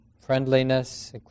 friendliness